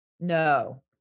No